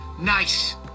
nice